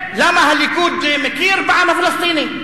למה, הליכוד מכיר בעם הפלסטיני?